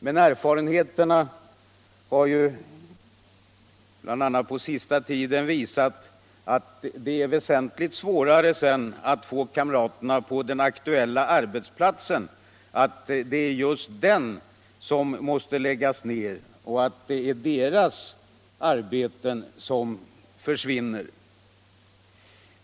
Men erfarenheterna har ju, bl.a. på senaste tid, visat att det är väsentligt svårare att sedan få kamraterna på den aktuella arbetsplatsen att inse att det är just den arbetsplatsen som måste läggas ner och att det är deras arbeten som försvinner.